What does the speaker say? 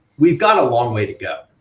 we've got a long way to go,